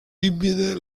límites